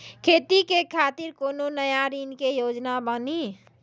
खेती के खातिर कोनो नया ऋण के योजना बानी?